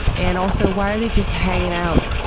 and also, why are they just hanging out,